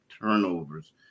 turnovers